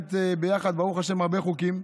מקדמים ביחד, ברוך השם, הרבה חוקים,